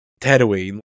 Tatooine